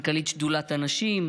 מנכ"לית שדולת הנשים,